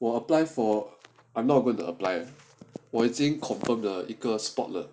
我 apply for I'm not going to apply 我已经 confirmed 了一个 spot 了